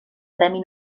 premi